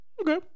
Okay